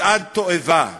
מצעד תועבה.